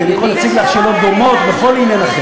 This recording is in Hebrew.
כי אני יכול להציג לך שאלות דומות בכל עניין אחר.